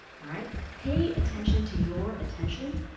alright? pay attention to your attention,